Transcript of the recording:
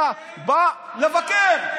בא לבקר.